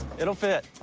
it'll fit